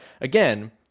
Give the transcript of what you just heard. again